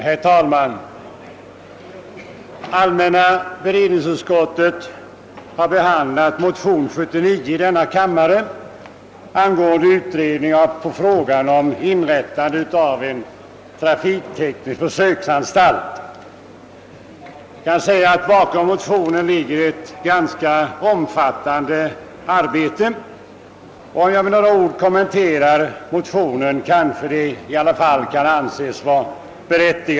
Herr talman! Allmänna beredningsutskottet har i sitt förevarande utlåtande behandlat motionsparet I: 51 och II: 79 angående utredning av frågan om inrättandet av en trafikteknisk försöksanstalt. Bakom motionen ligger ett ganska omfattande arbete, och jag hoppas att det kan anses berättigat att jag med några ord kommenterar den.